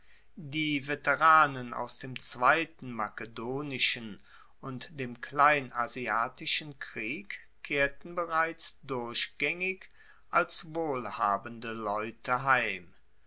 die veteranen aus dem zweiten makedonischen und dem kleinasiatischen krieg kehrten bereits durchgaengig als wohlhabende leute heim